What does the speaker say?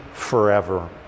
Forever